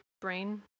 brain